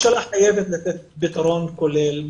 הממשלה חייבת לתת פתרון כולל.